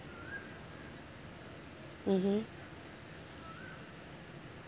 mmhmm